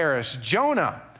Jonah